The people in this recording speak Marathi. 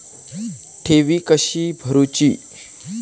ठेवी कशी भरूची?